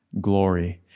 glory